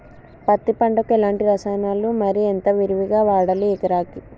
పత్తి పంటకు ఎలాంటి రసాయనాలు మరి ఎంత విరివిగా వాడాలి ఎకరాకి?